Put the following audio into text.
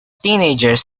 teenagers